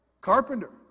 Carpenter